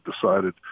decided